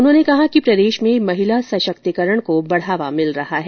उन्होंने कहा कि प्रदेश में महिला सशक्तिकरण को बढ़ावा मिल रहा है